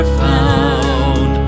found